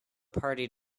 party